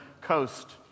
coast